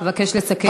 אבקש לסכם.